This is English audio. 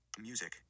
music